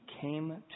came